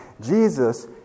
Jesus